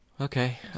Okay